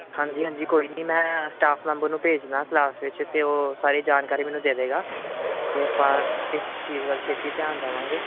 ਹਾਂਜੀ ਹਾਂਜੀ ਕੋਈ ਨਹੀਂ ਮੈਂ ਸਟਾਫ ਮੈਂਬਰ ਨੂੰ ਭੇਜਦਾ ਕਲਾਸ ਵਿੱਚ ਅਤੇ ਉਹ ਸਾਰੀ ਜਾਣਕਾਰੀ ਮੈਨੂੰ ਦੇ ਦੇਗਾ ਅਤੇ ਆਪਾਂ ਇਸ ਚੀਜ਼ ਵੱਲ ਛੇਤੀ ਧਿਆਨ ਦੇਵਾਂਗੇ